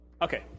Okay